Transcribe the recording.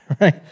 right